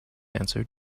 answered